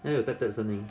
then 你 type 都有声音